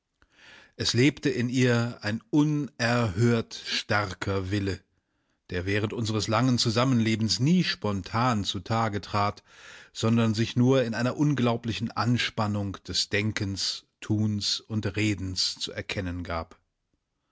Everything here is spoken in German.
es lebte in ihr ein unerhört starker wille der während unseres langen zusammenlebens nie spontan zutage trat sondern sich nur in einer unglaublichen anspannung des denkens tuns und redens zu erkennen gab